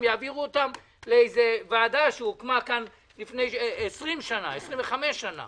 יעבירו אותן לאיזה ועדה שהוקמה כאן לפני 20-25 שנה